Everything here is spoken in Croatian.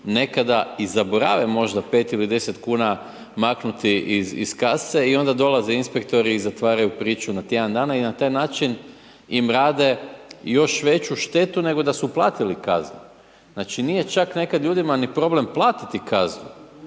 nekada i zaborave možda 5 ili 10 kuna maknuti iz kase i onda dolazi inspektori i zatvaraju priču na tjedan dana i na taj način im rade još veću štetu nego da su platili kaznu. Znači nije čak nekad ljudima ni problem platiti kaznu,